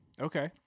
Okay